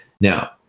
now